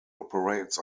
operates